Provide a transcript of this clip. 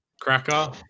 cracker